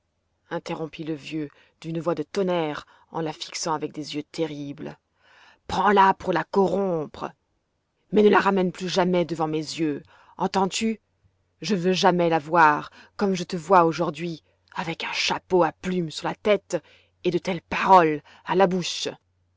interrompit le vieux d'une voix de tonnerre en la fixant avec des yeux terribles prends-la pour la corrompre mais ne la ramène plus jamais devant mes yeux entends-tu je ne veux jamais la voir comme je te vois aujourd'hui avec un chapeau à plume sur la tête et de telles paroles à la bouche